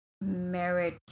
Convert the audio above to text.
marriage